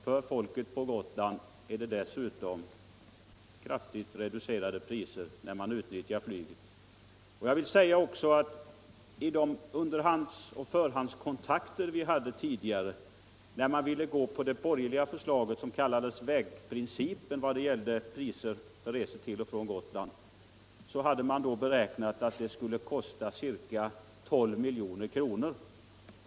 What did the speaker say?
För dem som bor på Gotland gäller dessutom kraftigt reducerade priser på flyget. Jag vill också säga att vid de kontakter som togs när de borgerliga framförde det förslag som de kallade vägprincipen för priset på resor till och från Gotland beräknades att ett genomförande av det förslaget skulle kosta ca 12 milj.kr.